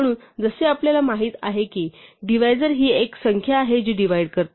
म्हणून जसे आपल्याला माहित आहे की डिव्हायजर ही एक संख्या आहे जी डिव्हाईड करते